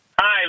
Hi